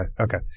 Okay